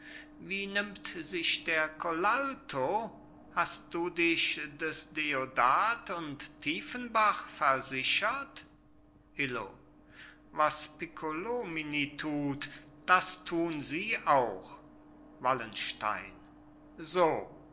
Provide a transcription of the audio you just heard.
wie nimmt sich der colalto hast du dich des deodat und tiefenbach versichert illo was piccolomini tut das tun sie auch wallenstein so